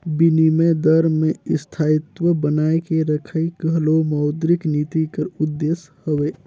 बिनिमय दर में स्थायित्व बनाए के रखई घलो मौद्रिक नीति कर उद्देस हवे